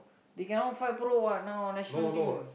they cannot fight pro what national team